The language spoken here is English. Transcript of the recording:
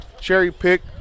cherry-pick